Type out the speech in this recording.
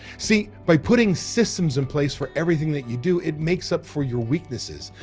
see, by putting systems in place for everything that you do, it makes up for your weaknesses,